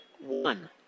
one